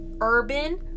urban